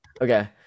Okay